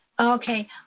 Okay